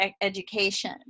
education